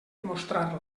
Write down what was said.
mostrar